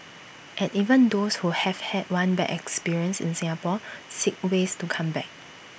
and even those who have had one bad experience in Singapore seek ways to come back